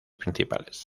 principales